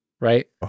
right